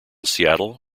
seattle